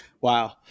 Wow